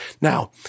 Now